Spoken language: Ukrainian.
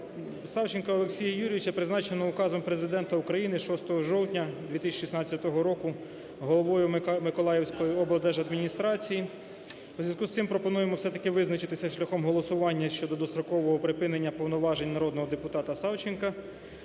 Савченка Олексія Юрійовича призначено указом Президента України 6 жовтня 2016 року головою Миколаївської облдержадміністрації. У зв'язку з цим пропонуємо все-таки визначитися шляхом голосування щодо дострокового припинення повноважень народного депутата Савченка